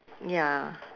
ya